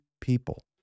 people